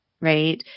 Right